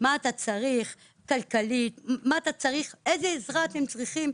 צריך כלכלית, איזו עזרה הוא צריך.